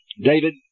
David